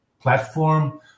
platform